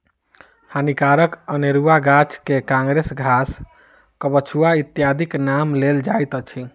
हानिकारक अनेरुआ गाछ मे काँग्रेस घास, कबछुआ इत्यादिक नाम लेल जाइत अछि